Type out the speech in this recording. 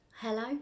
hello